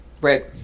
Right